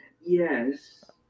yes